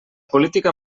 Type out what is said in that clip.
política